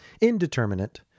indeterminate